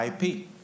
IP